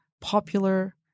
popular